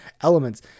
elements